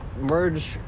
merge